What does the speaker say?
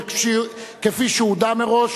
וכפי שהודע מראש,